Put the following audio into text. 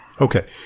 Okay